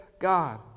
God